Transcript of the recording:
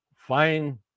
fine